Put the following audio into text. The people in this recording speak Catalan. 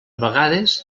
vegades